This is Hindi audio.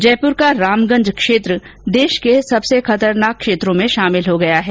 जयपुर का रामगंज देश के सबसे खतरनाक क्षेत्रों में शामिल हो गया है